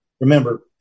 remember